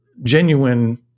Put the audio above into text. genuine